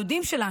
הדודים שלה,